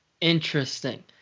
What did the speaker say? Interesting